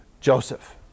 Joseph